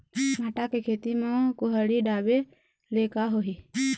भांटा के खेती म कुहड़ी ढाबे ले का होही?